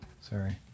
sorry